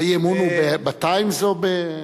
האי-אמון הוא ב"TIME" או בממשלה?